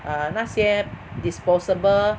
err 那些 disposable